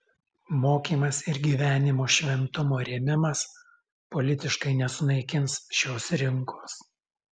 mokymas ir gyvenimo šventumo rėmimas politiškai nesunaikins šios rinkos